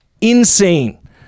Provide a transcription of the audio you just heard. Insane